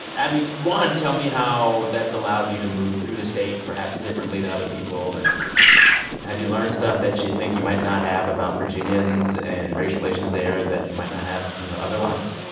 i mean, one, tell me how that's allowed you to move through the state, perhaps, differently than other people and have you learned stuff that you think you might not have about virginians and race relations there that you might not have, you know, otherwise?